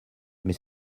mais